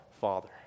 Father